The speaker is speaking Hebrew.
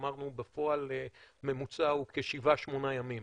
אמרנו בפועל שהממוצע הוא כשבעה-שמונה ימים